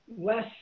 less